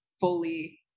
fully